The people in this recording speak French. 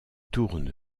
tourne